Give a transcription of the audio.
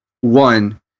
one